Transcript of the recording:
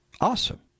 Awesome